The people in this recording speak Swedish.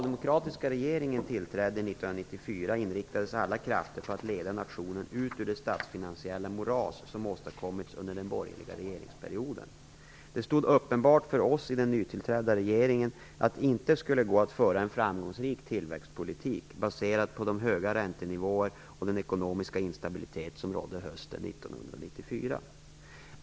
1994 inriktades alla krafter på att leda nationen ut ur det statsfinansiella moras som åstadkommits under den borgerliga regeringsperioden. Det stod uppenbart för oss i den nytillträdda regeringen att det inte skulle gå att föra en framgångsrik tillväxtpolitik baserad på de höga räntenivåer och den ekonomiska instabilitet som rådde hösten 1994.